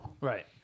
Right